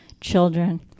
children